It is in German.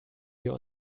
wir